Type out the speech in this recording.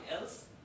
else